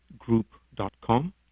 group.com